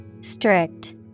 Strict